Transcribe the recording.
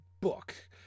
book